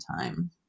time